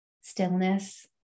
stillness